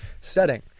setting